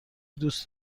دوست